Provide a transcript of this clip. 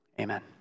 amen